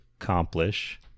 accomplish